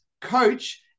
coach